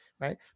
right